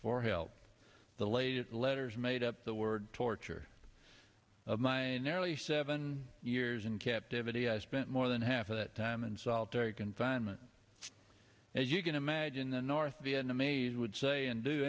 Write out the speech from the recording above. for help the late letters made up the word torture of my nearly seven years in captivity i spent more than half of that time in solitary confinement as you can imagine the north vietnamese would say and do